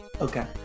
Okay